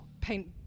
paint